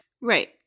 Right